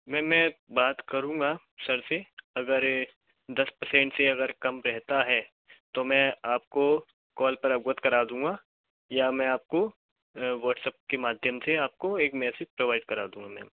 ma'am मैं बात करूँगा सर से अगर दस पर्सेन्ट से अगर कम रहता है तो मैं आपको कॉल पर अवगत करा दूँगा या मैं आपको व्हाट्सएप के माध्यम से एक मैसेज प्रोवाइड करवा दूँगा मैम